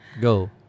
go